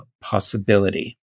possibility